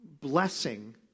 blessing